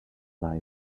light